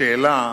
השאלה